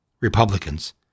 Republicans